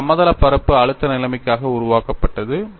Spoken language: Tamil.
இது சமதளப் பரப்பு அழுத்த நிலைமைக்காக உருவாக்கப்பட்டது